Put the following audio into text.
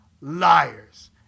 liars